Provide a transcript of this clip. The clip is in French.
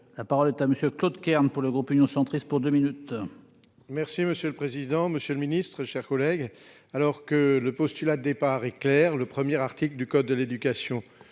la parole est à monsieur Claude Kern pour le groupe Union centriste pour 2 minutes. Merci monsieur le président, Monsieur le Ministre, chers collègues. Alors que le postulat de départ est clair, le premier article du code de l'éducation,